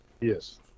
yes